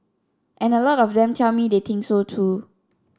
and a lot of them tell me that they think so too